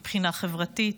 מבחינה חברתית,